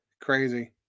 Crazy